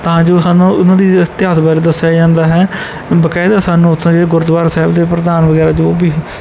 ਤਾਂ ਜੋ ਸਾਨੂੰ ਉਹਨਾਂ ਦੀ ਇਤਿਹਾਸ ਬਾਰੇ ਦੱਸਿਆ ਜਾਂਦਾ ਹੈ ਬਕਾਇਦਾ ਸਾਨੂੰ ਉੱਥੋਂ ਦੇ ਗੁਰਦੁਆਰਾ ਸਾਹਿਬ ਦੇ ਪ੍ਰਧਾਨ ਵਗੈਰਾ ਜੋ ਵੀ